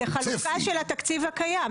זו חלוקה של התקציב הקיים,